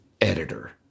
editor